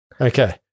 Okay